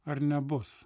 ar nebus